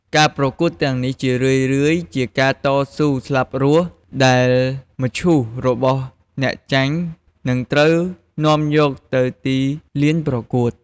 ការប្រកួតទាំងនេះជារឿយៗជាការតស៊ូស្លាប់រស់ ដែលមឈូសរបស់អ្នកចាញ់នឹងត្រូវនាំយកទៅទីលានប្រកួត។